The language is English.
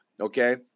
Okay